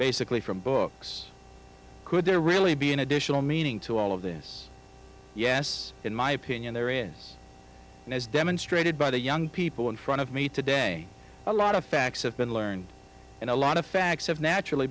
basically from books could there really be an additional meaning to all of this yes in my opinion there is and as demonstrated by the young people in front of me today a lot of facts have been learned and a lot of facts have naturally